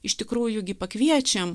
iš tikrųjų gi pakviečiam